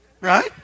Right